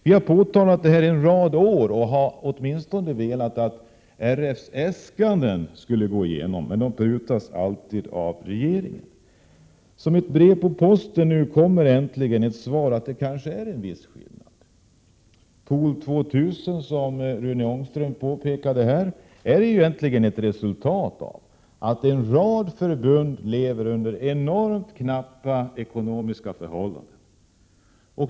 Vi har påtalat detta under en rad av år och har velat att RF:s äskanden åtminstone skall gå igenom. Men dessa prutas alltid av regeringen. Som ett brev på posten kommer det nu äntligen ett svar, att det kanske är en viss skillnad mellan olika idrotter. Pool 2 000 är ju, som Rune Ångström här påpekade, egentligen ett resultat av att en rad förbund lever under enormt knappa ekonomiska förhållanden.